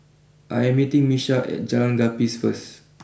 I am meeting Miesha at Jalan Gapis first